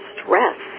stress